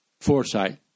foresight